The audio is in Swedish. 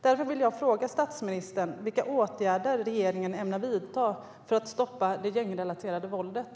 Därför vill jag fråga statsministern vilka åtgärder regeringen ämnar vidta för att stoppa det gängrelaterade våldet.